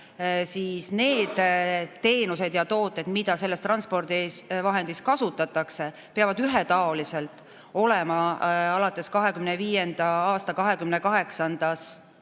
need teenused ja tooted, mida selles transpordivahendis kasutatakse, peavad ühetaoliselt olema alates 2025. aasta 28. juunist